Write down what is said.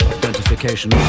identification